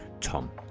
Tom